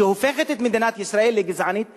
הופכת את מדינת ישראל לגזענית פאשיסטית.